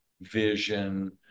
vision